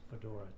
fedora